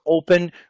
open